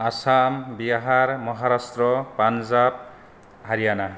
Assam Bihar Maharashtra Punjab Haryana